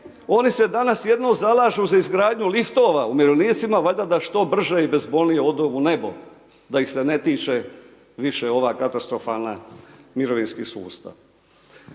oni se danas jedino zalažu za izgradnju liftova umirovljenicima, valjda da što brže i bezbolnije odu u nebo, da ih se ne tiče više ovaj katastrofalan mirovinski sustav.